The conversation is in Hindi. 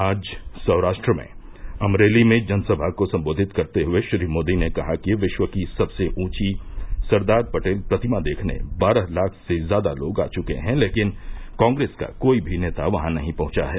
आज सौराष्ट्र में अमरेली में जनसभा को संबोधित करते हए श्री मोदी ने कहा कि विश्व की सबसे ऊंची सरदार पटेल प्रतिमा देखने बारह लाख से ज्यादा लोग आ चुके हैं लेकिन कांग्रेस का कोई भी नेता वहां नही पहुंचा है